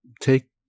take